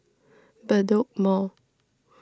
Bedok Mall